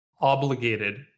obligated